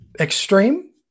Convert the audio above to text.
extreme